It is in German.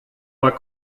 war